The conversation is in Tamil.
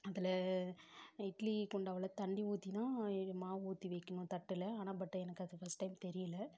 அதில் இட்லி குண்டாவில் தண்ணி ஊற்றி தான் மாவு ஊற்றி வைக்கணும் தட்டில் ஆனால் பட் எனக்கு அது ஃபஸ்ட் டைம் தெரியல